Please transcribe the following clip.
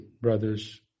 brothers